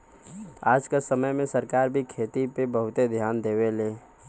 आज क समय में सरकार भी खेती पे बहुते धियान देले हउवन